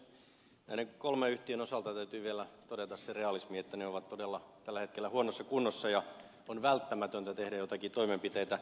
näiden kolmen yhtiön osalta täytyy vielä todeta se realismi että ne ovat todella tällä hetkellä huonossa kunnossa ja on välttämätöntä tehdä joitakin toimenpiteitä